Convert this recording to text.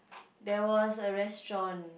there was a restaurant